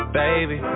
baby